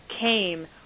came